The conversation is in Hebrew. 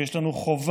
ויש לנו חובה: